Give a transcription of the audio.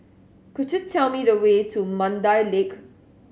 could you tell me the way to Mandai Lake